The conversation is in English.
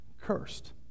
Cursed